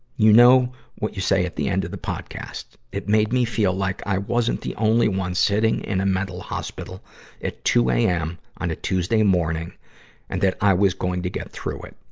you know what you say at the end of the podcast. it made me feel like i wasn't the only one sitting in a mental hospital at two am on a tuesday morning and that i was going to get through it.